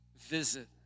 visit